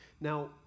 Now